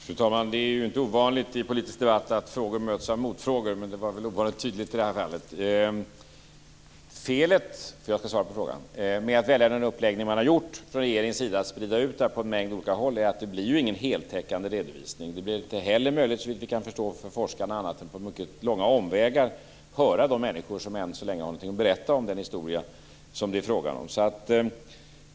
Fru talman! Det är inte ovanligt i politiska debatter att frågor möts av motfrågor, men det var ovanligt tydligt i det här fallet. Felet med att välja den uppläggning man har gjort från regeringens sida, att sprida ut det på en mängd olika håll, är att det inte blir någon heltäckande redovisning. Det blir inte heller möjligt för forskarna annat än på mycket långa omvägar att höra de människor som har någonting att berätta om den historia som det är fråga om.